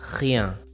rien